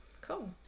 Cool